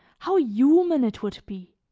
how human it would be,